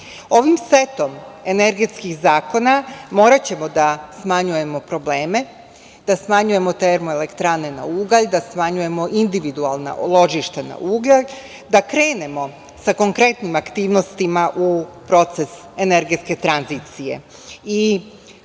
setom energetskih zakona moraćemo da smanjujemo probleme, da smanjujemo termoelektrane na ugalj, da smanjujemo individualna ložišta na ugalj, da krenemo sa konkretnim aktivnostima u proces energetske tranzicije. Predloženi